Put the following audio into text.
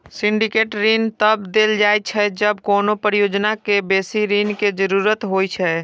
syndicate ऋण तब देल जाइ छै, जब कोनो परियोजना कें बेसी ऋण के जरूरत होइ छै